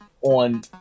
on